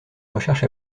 recherche